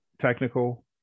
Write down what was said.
technical